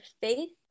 faith